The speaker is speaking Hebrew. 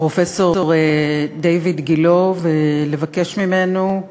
פרופסור דיויד גילה, ולבקש ממנו: